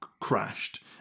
crashed